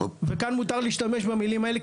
וכאן מותר להשתמש במילים האלה.